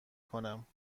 کنم